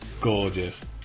gorgeous